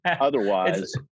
otherwise